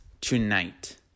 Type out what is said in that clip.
tonight